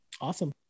Awesome